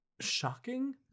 shocking